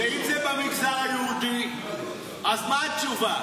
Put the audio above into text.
ואם זה במגזר היהודי, אז מה התשובה?